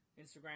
Instagram